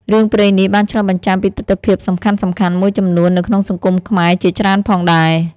រឿងព្រេងនេះបានឆ្លុះបញ្ចាំងពីទិដ្ឋភាពសំខាន់ៗមួយចំនួននៅក្នុងសង្គមខ្មែរជាច្រើនផងដែរ។